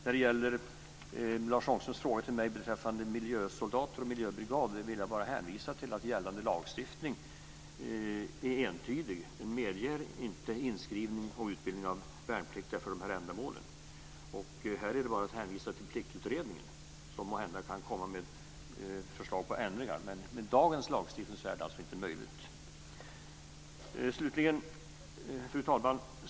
När det gäller Lars Ångströms fråga till mig beträffande miljösoldater och miljöbrigad vill jag bara hänvisa till att gällande lagstiftning är entydig. Den medger inte inskrivning och utbildning av värnpliktiga för dessa ändamål. Här är det bara att hänvisa till Pliktutredningen, som måhända kan komma med förslag till ändringar. Med dagens lagstiftning är det inte möjligt. Fru talman!